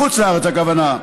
בחוץ-לארץ, הכוונה.